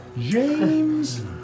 James